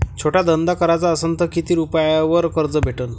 छोटा धंदा कराचा असन तर किती रुप्यावर कर्ज भेटन?